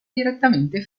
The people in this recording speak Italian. direttamente